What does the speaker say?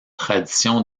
tradition